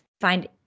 find